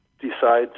decide